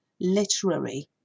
literary